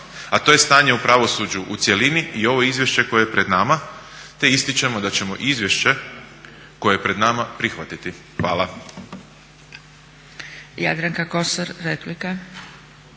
a to je stanje u pravosuđu u cjelini. I ovo izvješće koje je pred nama, te ističemo da ćemo izvješće koje je pred nama prihvatiti. Hvala.